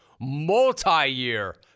multi-year